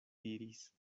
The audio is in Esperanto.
diris